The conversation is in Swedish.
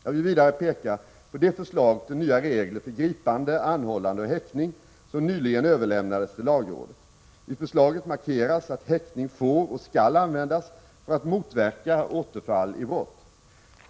Jag vill vidare peka på det förslag till nya regler för gripande, anhållande och häktning som nyligen överlämnades till lagrådet. I förslaget markeras att häktning får och skall användas för att motverka återfall i brott.